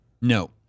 No